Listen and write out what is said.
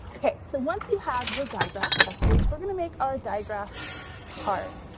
okay so once you have your diagraph s h, we're gonna make our diagraph card.